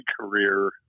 career